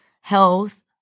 health